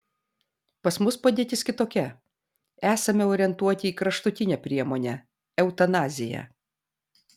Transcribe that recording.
pas mus padėtis kitokia esame orientuoti į kraštutinę priemonę eutanaziją